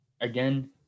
again